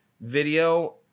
video